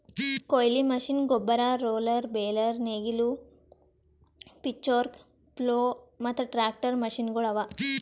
ಕೊಯ್ಲಿ ಮಷೀನ್, ಗೊಬ್ಬರ, roller, baler, ನೇಗಿಲು, ಪಿಚ್ಫೋರ್ಕ್, ಪ್ಲೊ ಮತ್ತ ಟ್ರಾಕ್ಟರ್ ಮಷೀನಗೊಳ್ ಅವಾ